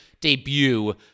debut